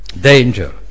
danger